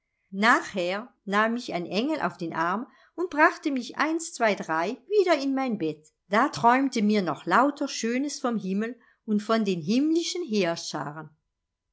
nachher nahm mich ein engel auf den arm und brachte mich einszweidrei wieder in mein bett da träumte mir noch lauter schönes vom himmel und von den himmlischen